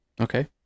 Okay